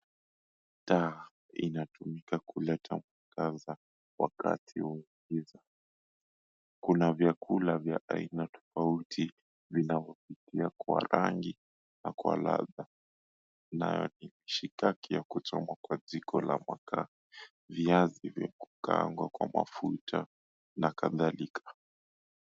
Taa inatumika kuleta mwangaza wakati wa usiku. Kuna vyakula vya aina tofauti vinavyopitia kwa rangi na kwa ladha. Nayo ni mishikaki ya kuchomwa kwa jiko la makaa, viazi vya kukaangwa kwa mafuta na kadhalika.